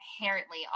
inherently